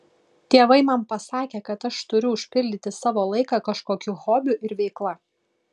tėvai man pasakė kad aš turiu užpildyti savo laiką kažkokiu hobiu ir veikla